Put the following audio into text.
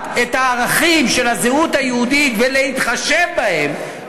את הערכים של הזהות היהודית ולהתחשב בהם,